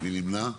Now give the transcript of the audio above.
מי נמנע?